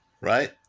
Right